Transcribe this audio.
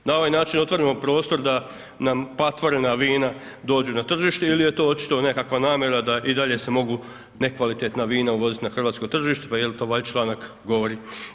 Na ovaj način otvorimo prostor da nam patvorena vina dođu na tržište, ili je to očito nekakva namjera da i dalje se mogu nekvalitetna vina uvoziti na hrvatsko tržište, pa jel' to ovaj članak govori.